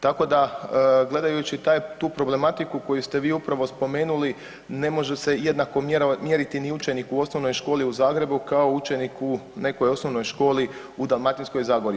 Tako da, gledajući tu problematiku koju ste vi upravo spomenuli, ne može se jednako mjeriti ni učenik u osnovnoj školi u Zagrebu kao učenik u nekoj osnovnoj školi u Dalmatinskoj zagori.